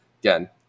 again